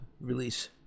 release